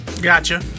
gotcha